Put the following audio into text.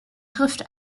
trifft